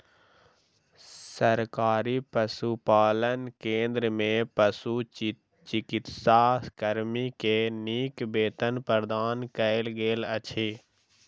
सरकारी पशुपालन केंद्र में पशुचिकित्सा कर्मी के नीक वेतन प्रदान कयल गेल अछि